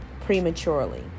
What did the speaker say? prematurely